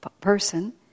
person